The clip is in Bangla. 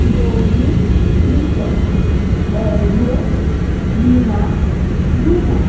গৌরী দীপক অর্ঘ্য রিমা রুমা